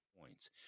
points